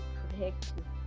protect